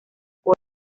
por